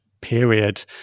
period